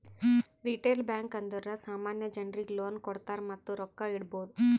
retail bank ಅಂದುರ್ ಸಾಮಾನ್ಯ ಜನರಿಗ್ ಲೋನ್ ಕೊಡ್ತಾರ್ ಮತ್ತ ರೊಕ್ಕಾ ಇಡ್ಬೋದ್